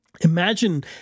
Imagine